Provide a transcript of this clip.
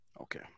okay